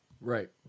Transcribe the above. Right